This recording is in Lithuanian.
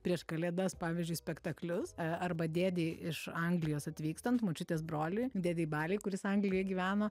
prieš kalėdas pavyzdžiui spektaklius arba dėdei iš anglijos atvykstant močiutės broliui dėdei baliai kuris anglijoj gyveno